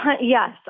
Yes